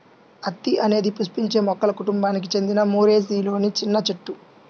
అత్తి అనేది పుష్పించే మొక్కల కుటుంబానికి చెందిన మోరేసిలోని చిన్న చెట్టు